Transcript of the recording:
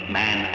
man